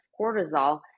cortisol